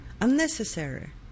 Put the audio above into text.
Unnecessary